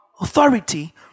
authority